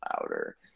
louder